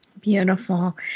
Beautiful